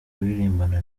kuririmbana